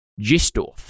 Gistorf